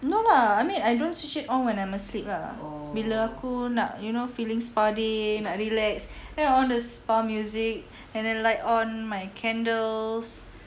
no lah I mean I don't switch it on when I'm asleep lah bila aku nak you know feeling spa day nak relax then I on the spa music and then light on my candles